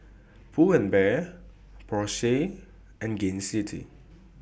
Pull and Bear Porsche and Gain City